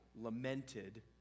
lamented